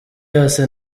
yose